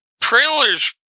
trailers